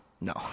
No